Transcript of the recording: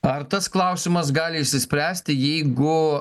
ar tas klausimas gali išsispręsti jeigu